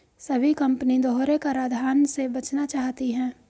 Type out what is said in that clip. सभी कंपनी दोहरे कराधान से बचना चाहती है